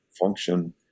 function